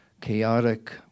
chaotic